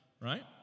right